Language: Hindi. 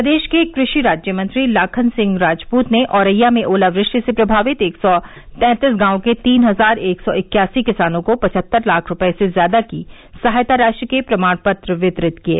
प्रदेश के कृषि राज्यमंत्री लाखन सिंह राजपूत ने औरैया में ओलावृष्टि से प्रभावित एक सौ तैंतीस गांवों के तीन हजार एक सौ इक्यासी किसानों को पचहत्तर लाख रुपए से ज्यादा की सहायता राशि के प्रमाण पत्र वितरित किये